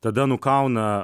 tada nukauna